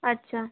আচ্ছা